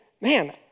man